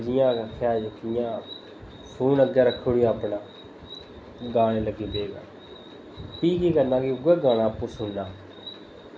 ते जियां आक्खेआ फोन रक्खी लेआ अग्गै गाने गाना लगी पे प्ही केह् करना कि उ'ऐ गाना आपूं सुनना